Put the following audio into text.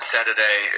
Saturday